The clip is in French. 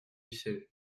ussel